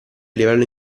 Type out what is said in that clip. livello